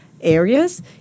areas